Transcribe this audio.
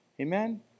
Amen